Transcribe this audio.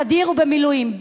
בסדיר ובמילואים.